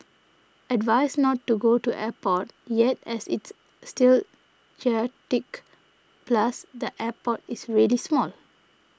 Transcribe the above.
advised not to go to airport yet as it's still chaotic plus the airport is really small